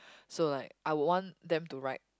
so like I would want them to write